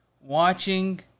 watching